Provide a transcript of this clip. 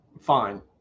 fine